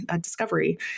Discovery